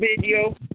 video